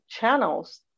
channels